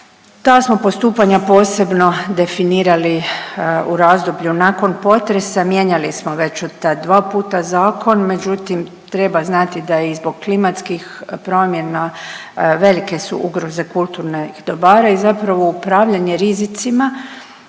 Ta smo postupanja posebno definirali u razdoblju nakon potresa. Mijenjali smo već dva puta zakon, međutim treba znati da i zbog klimatskih promjena velike su ugroze kulturnih dobara i zapravo upravljanje rizicima